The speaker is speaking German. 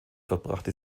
verbrachte